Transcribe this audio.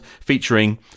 featuring